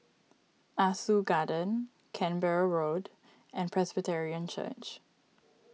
Ah Soo Garden Canberra Road and Presbyterian Church